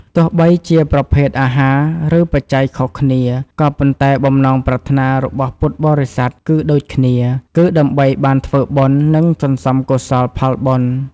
ទោះបីជាប្រភេទអាហារ ឬបច្ច័យខុសគ្នា ក៏ប៉ុន្តែបំណងប្រាថ្នារបស់ពុទ្ធបរិស័ទគឺដូចគ្នា គឺដើម្បីបានធ្វើបុណ្យ និងសន្សំកុសលផលបុណ្យ។